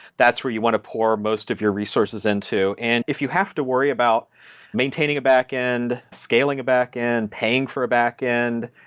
that's where you want to pour most of your resources into. and if you have to worry about maintaining a backend, scaling a backend, paying for a backend,